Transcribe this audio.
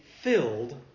filled